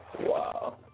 Wow